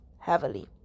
heavily